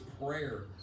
prayer